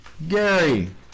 gary